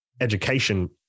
education